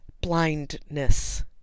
blindness